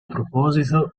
proposito